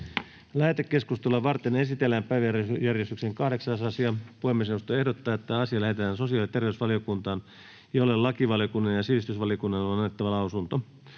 Lähetekeskustelua varten esitellään päiväjärjestyksen 8. asia. Puhemiesneuvosto ehdottaa, että asia lähetetään sosiaali- ja terveysvaliokuntaan, jolle lakivaliokunnan ja sivistysvaliokunnan on annettava lausunto.